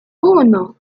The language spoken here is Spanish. uno